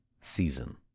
season